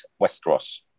Westeros